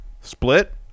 split